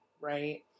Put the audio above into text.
Right